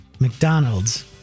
McDonald's